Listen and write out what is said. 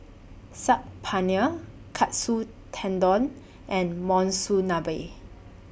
Saag Paneer Katsu Tendon and Monsunabe